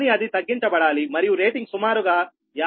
కానీ అది తగ్గించబడాలి మరియు రేటింగ్ సుమారుగా 57